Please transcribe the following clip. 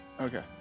Okay